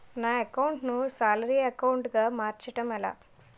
నా అకౌంట్ ను salary account గా మార్చటం ఎలా?